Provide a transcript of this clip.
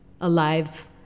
alive